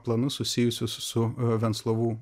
planus susijusius su venclovų